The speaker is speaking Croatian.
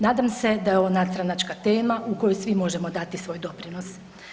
Nadam se da je ovo nadstranačka tema u kojoj svi možemo dati svoj doprinos.